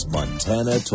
Montana